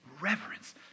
reverence